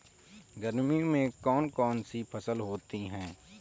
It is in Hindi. गर्मियों में कौन कौन सी फसल होती है?